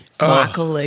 Michael